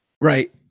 right